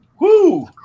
Woo